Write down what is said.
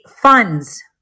funds